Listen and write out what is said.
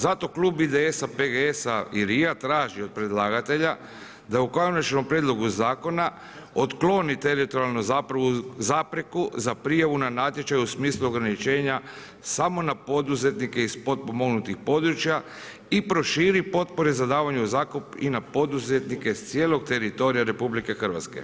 Zato klub IDS-a, PGS-a i LRI-a traži od predlagatelja da u konačnom prijedlogu zakona otkloni teritorijalnu zapreku za prijavu na natječaj u smislu ograničenja samo na poduzetnike iz potpomognutih područja i proširi potpore za davanje u zakup i na poduzetnike s cijelog teritorija RH.